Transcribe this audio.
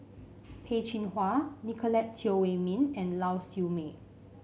Peh Chin Hua Nicolette Teo Wei Min and Lau Siew Mei